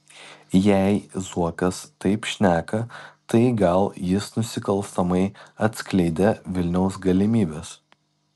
jei zuokas taip šneka tai gal jis nusikalstamai atskleidė vilniaus galimybes